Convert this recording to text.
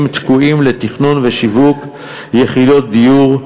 תקועים לתכנון ושיווק יחידות דיור,